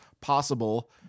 possible